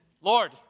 Lord